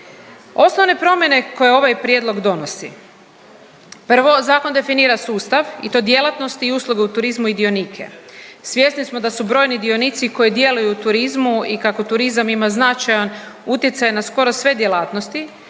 Osnovne promjene koje ovaj prijedlog donosi, prvo, zakon definira sustav i to djelatnost i usluge u turizmu i dionike. Svjesni smo da su brojni dionici koji djeluju u turizmu i kako turizam ima značajan utjecaj na skoro sve djelatnosti